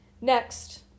Next